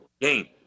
game